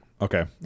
Okay